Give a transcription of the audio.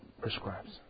prescribes